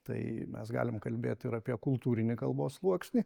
tai mes galim kalbėt ir apie kultūrinį kalbos sluoksnį